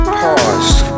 paused